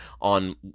on